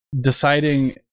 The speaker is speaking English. Deciding